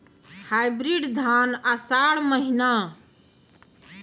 Hybrid धान आषाढ़ महीना?